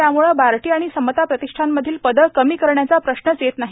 त्यामुळे बार्टी आणि समता प्रतिष्ठानमधील पदे कमी करण्याचा प्रश्नच येत नाही